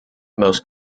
most